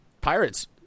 pirates